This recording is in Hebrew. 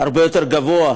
הרבה יותר גבוה,